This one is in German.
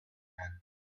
ein